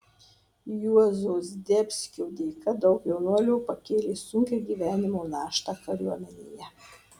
juozo zdebskio dėka daug jaunuolių pakėlė sunkią gyvenimo naštą kariuomenėje